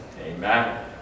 Amen